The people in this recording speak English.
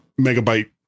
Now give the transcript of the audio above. megabyte